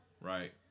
right